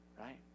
Right